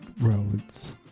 Roads